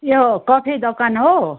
यो कफी दोकान हो